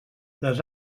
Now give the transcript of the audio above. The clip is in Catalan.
les